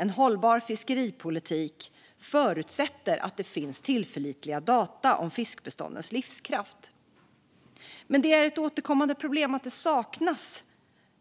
En hållbar fiskeripolitik förutsätter att det finns tillförlitliga data om fiskbeståndens livskraft. Det är dock ett återkommande problem att det saknas